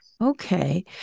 Okay